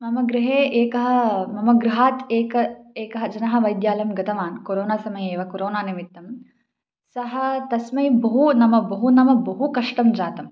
मम गृहे एकः मम गृहात् एकः एकः जनः वैद्यालयं गतवान् कोरोना समये एव कोरोना निमित्तं सः तस्मै बहु नाम बहु नाम बहु कष्टं जातं